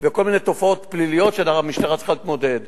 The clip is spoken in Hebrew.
וכל מיני תופעות פליליות שהמשטרה צריכה להתמודד אתן.